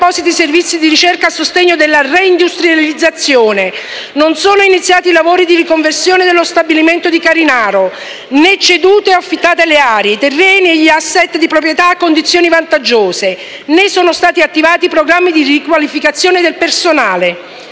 non sono iniziati i lavori di riconversione dello stabilimento di Carinaro; né cedute o affittate le aree, i terreni e gli *asset* di proprietà a condizioni vantaggiose; né sono stati attivati programmi di riqualificazione del personale.